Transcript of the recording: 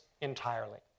entirely